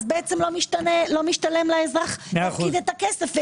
לא משתלם לאזרח להפקיד את הכסף,